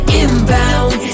inbound